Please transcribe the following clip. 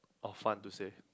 of fun to say